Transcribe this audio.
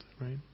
right